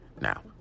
Now